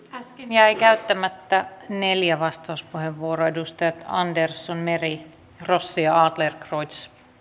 jäi käyttämättä neljä vastauspuheenvuoroa edustajat andersson meri rossi ja adlercreutz